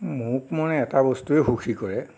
মোক মানে এটা বস্তুয়ে সুখী কৰে